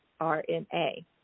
RNA